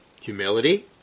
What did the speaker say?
Humility